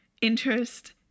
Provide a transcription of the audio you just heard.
interest